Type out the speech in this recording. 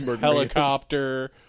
helicopter